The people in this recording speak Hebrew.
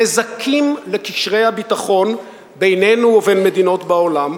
נזקים לקשרי הביטחון בינינו ובין מדינות בעולם,